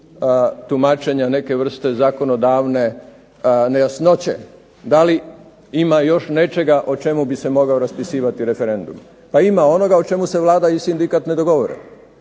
tumačenja neke vrste zakonodavne nejasnoće, da li ima još nečega o čemu bi se mnogo raspisivati referendum. Pa ima onoga o čemu se Vlada i sindikat ne dogovore.